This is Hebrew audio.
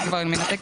כבר לא ידעתי